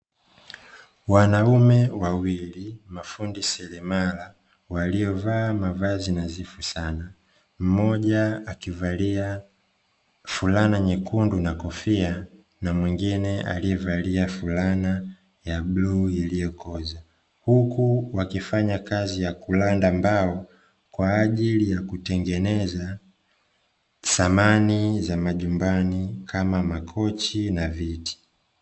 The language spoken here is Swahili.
Wanaume wawili mafundi seremala waliovaa mavazi nadhifu sana. Mmoja akivalia fulana nyekundu na kofia na mwengine aliyevalia fulana ya bluu iliyokoza, huku wakifanya kazi ya kuranda mbao kwa ajili ya kutengeneza samani za majumbani kama makochi na viti.